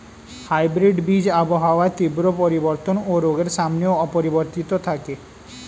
hybrid বীজ আবহাওয়ার তীব্র পরিবর্তন ও রোগের সামনেও অপরিবর্তিত থাকে